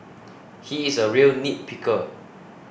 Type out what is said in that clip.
he is a real nitpicker